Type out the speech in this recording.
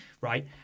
Right